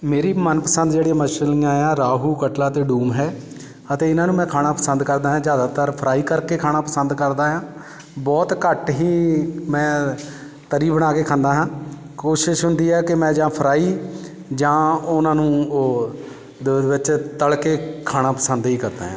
ਮੇਰੀ ਮਨਪਸੰਦ ਜਿਹੜੀਆਂ ਮਛਲੀਆਂ ਆ ਰਾਹੂ ਕਟਲਾ ਅਤੇ ਡੂਮ ਹੈ ਅਤੇ ਇਹਨਾਂ ਨੂੰ ਮੈਂ ਖਾਣਾ ਪਸੰਦ ਕਰਦਾ ਹਾਂ ਜ਼ਿਆਦਾਤਰ ਫਰਾਈ ਕਰਕੇ ਖਾਣਾ ਪਸੰਦ ਕਰਦਾ ਹਾਂ ਬਹੁਤ ਘੱਟ ਹੀ ਮੈਂ ਤਰੀ ਬਣਾ ਕੇ ਖਾਂਦਾ ਹਾਂ ਕੋਸ਼ਿਸ਼ ਹੁੰਦੀ ਹੈ ਕਿ ਮੈਂ ਜਾਂ ਫਰਾਈ ਜਾਂ ਉਹਨਾਂ ਨੂੰ ਉਹਦੇ ਵਿੱਚ ਤਲ ਕੇ ਖਾਣਾ ਪਸੰਦ ਹੀ ਕਰਦਾ ਹਾਂ